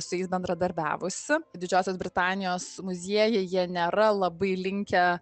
su jais bendradarbiavusi didžiosios britanijos muziejai jie nėra labai linkę